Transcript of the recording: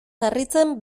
harritzen